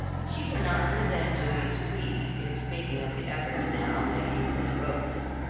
she did not resent julia's we in speaking of the efforts now making for the rosas,